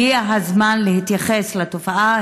הגיע הזמן להתייחס לתופעה.